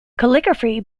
calligraphy